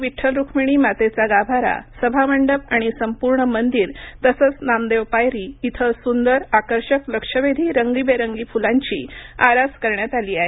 विठ्ठल रूक्मिणी मातेचा गाभारा सभामंडप आणि संपूर्ण मंदिर तसेच नामदेव पायरी येथे सुंदर आकर्षक लक्षवधी रंगबेरंगी फुलाची आरास करण्यात आली आहे